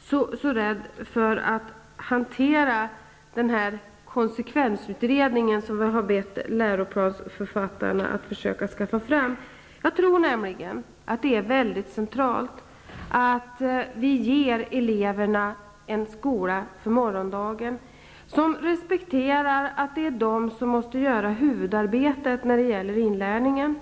så rädd för att hantera den konsekvensutredning som man har bett läroplansförfattarna att försöka skaffa fram. Jag tror nämligen att det är mycket centralt att vi ger eleverna en skola för morgondagen, som respekterar att det är eleverna som måste göra huvudarbetet i inlärningen.